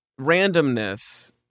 randomness